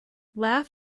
laugh